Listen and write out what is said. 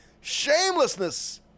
shamelessness